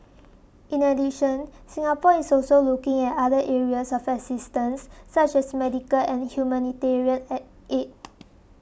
in addition Singapore is also looking at other areas of assistance such as medical and humanitarian aid